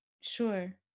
Sure